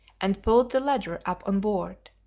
and pulled the ladder up on board,